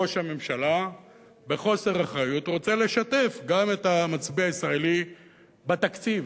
ראש הממשלה בחוסר אחריות רוצה לשתף גם את המצביע הישראלי בתקציב.